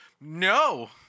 no